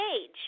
age